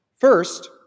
First